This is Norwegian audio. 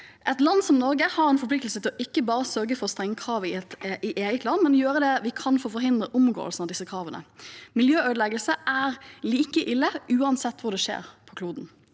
Et land som Norge har en forpliktelse til ikke bare å sørge for strenge krav i eget land, men også å gjøre det vi kan for å forhindre omgåelse av disse kravene. Miljøødeleggelser er like ille uansett hvor det skjer på kloden.